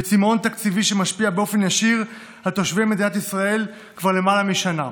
וצימאון תקציבי שמשפיע באופן ישיר על תושבי מדינת ישראל כבר למעלה משנה.